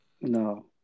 No